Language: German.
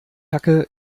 hacke